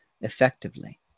effectively